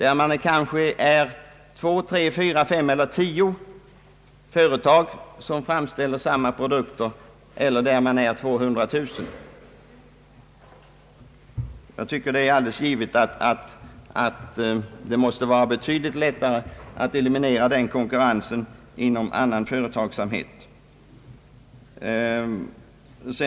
är det i branscher där det finns kanske två, tre, fyra, fem eller tio företag som framställer samma produkter eller är det på ett område där det finns 200 000 företagare? Jag tycker att det är alldeles givet att det måste vara betydligt lättare att eliminera konkurrensen inom annan företagsamhet än det är att göra det inom jordbruket.